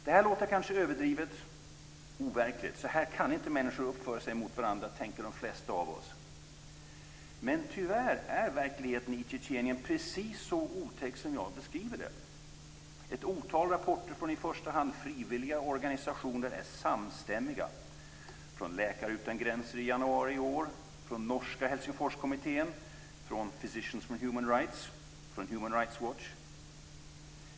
Det här låter kanske överdrivet overkligt. Så här kan inte människor uppföra sig mot varandra tänker de flesta av oss. Men tyvärr är verkligheten i Tjetjenien precis så otäck som jag beskriver den. Ett otal rapporter från i första hand frivilligorganisationer är samstämmiga - Läkare Utan Gränser i januari i år, Rights, Human Rights Watch.